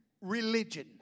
religion